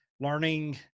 learning